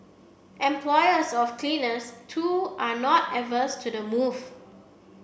employers of cleaners too are not averse to the move